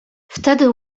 wtedy